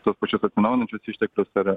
tuos pačius atsinaujinančius išteklius ar